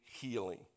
healing